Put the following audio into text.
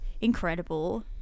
incredible